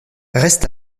reste